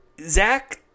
Zach